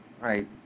Right